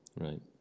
Right